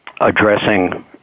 addressing